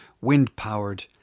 wind-powered